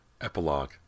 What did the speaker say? EPILOGUE